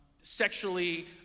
sexually